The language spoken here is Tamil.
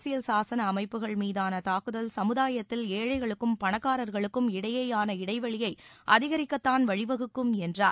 அரசியல் சாசன அமைப்புகள் மீதான தாக்குதல் சமுதாயத்தில் ஏழைகளுக்கும் பணக்காரர்களும் இடையேயான இடைவெளியை அதிகரிக்கத்தான் வழிவகுக்கும் என்றார்